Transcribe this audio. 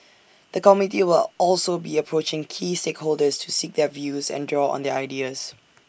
the committee will also be approaching key stakeholders to seek their views and draw on their ideas